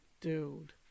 Dude